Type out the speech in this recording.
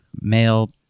male